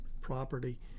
property